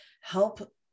help